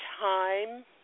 time